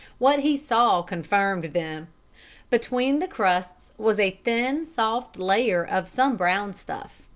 what he saw confirmed them between the crusts was a thin, soft layer of some brown stuff,